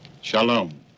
shalom